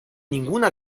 ninguna